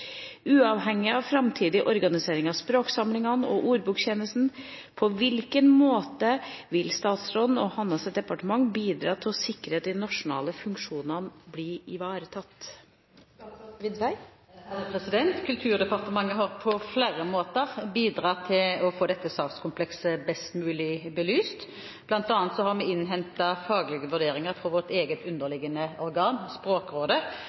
Uavhengig av framtidig organisering av språksamlingene og ordboktjenesten, på hvilken måte vil statsråden og hennes departement bidra til å sikre den nasjonale funksjonen disse innehar?» Kulturdepartementet har på flere måter bidratt til å få dette sakskomplekset best mulig belyst. Vi har bl.a. innhentet faglige vurderinger fra vårt eget underliggende organ, Språkrådet,